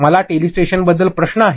मला टेलीस्ट्रेशन बद्दल प्रश्न आहे